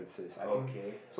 okay